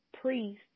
priest